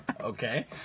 Okay